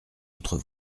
autre